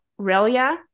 Relia